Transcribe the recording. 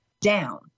down